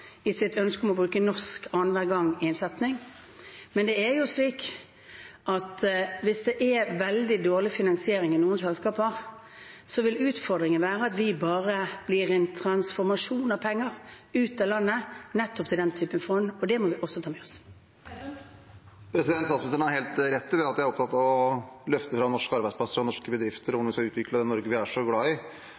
i sitt ønske om å bruke «norsk» annenhver gang i en setning. Det er slik at hvis det er veldig dårlig finansiering i noen selskaper, vil utfordringen være at vi bare blir en transformasjon av penger ut av landet, nettopp til den typen fond, og det må vi også ta med oss. Statsministeren har helt rett i at jeg er opptatt av å løfte fram norske arbeidsplasser og norske bedrifter om vi skal utvikle det Norge vi er så glad i.